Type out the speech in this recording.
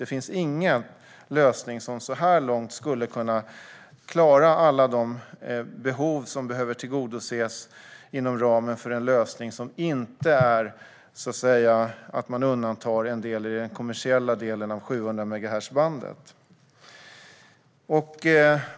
Det finns ingen lösning som så här långt skulle kunna klara alla de behov som behöver tillgodoses inom ramen för en lösning som inte innebär att man så att säga undantar en del i den kommersiella delen av 700-megahertzbandet.